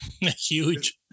Huge